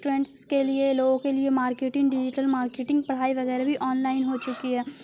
trends کے لیے لوگوں کے لیے مارکیٹنگ ڈیجیٹل مارکیٹنگ پڑھائی وغیرہ بھی آن لائن ہو چکی ہے